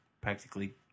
practically